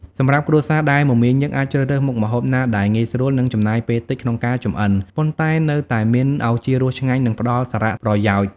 សម្រាប់គ្រួសារដែលមមាញឹក អាចជ្រើសរើសមុខម្ហូបណាដែលងាយស្រួល និងចំណាយពេលតិចក្នុងការចម្អិន ប៉ុន្តែនៅតែមានឱជារសឆ្ងាញ់ និងផ្តល់សារៈប្រយោជន៍ ។